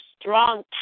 strong